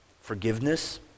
Forgiveness